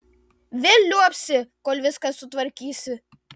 vėl liuobsi kol viską sutvarkysi